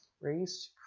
race